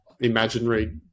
imaginary